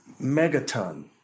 Megaton